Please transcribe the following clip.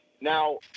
Now